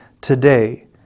today